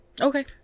okay